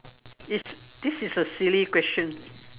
is this is a silly question